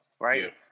right